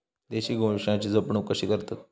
देशी गोवंशाची जपणूक कशी करतत?